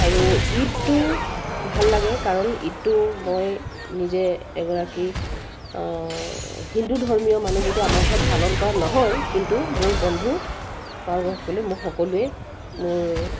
আৰু ঈদটো ভাল লাগে কাৰণ ঈদটো মই নিজে এগৰাকী হিন্দু ধৰ্মীয় মানুহ যেতিয়া আমাৰ ঘৰত পালন কৰা নহয় কিন্তু মোৰ বন্ধু আৰু মোক সকলোৱে মোৰ